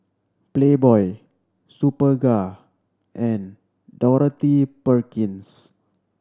Playboy Superga and Dorothy Perkins